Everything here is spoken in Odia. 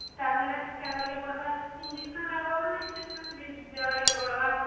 ଟାବ୍ଲେଟ୍ ଖାଇବାର କି ପଡ଼ିବ ଅଛି ଇଞ୍ଜେକ୍ସନ୍ ନେବ ବୋଲେ ଇଞ୍ଜେକ୍ସନ୍ ଦେବାର କେ ପଡ଼ିବ